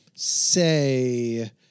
say